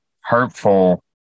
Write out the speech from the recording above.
hurtful